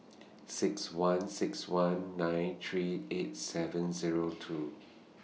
six one six one nine three eight seven Zero two